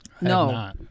No